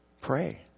Pray